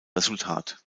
resultat